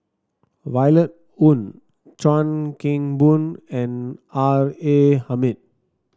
Violet Oon Chuan Keng Boon and R A Hamid